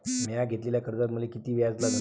म्या घेतलेल्या कर्जावर मले किती व्याज लागन?